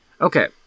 Okay